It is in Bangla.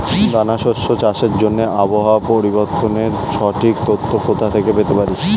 দানা শস্য চাষের জন্য আবহাওয়া পরিবর্তনের সঠিক তথ্য কোথা থেকে পেতে পারি?